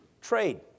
Trade